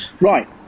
Right